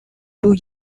two